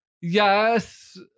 Yes